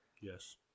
Yes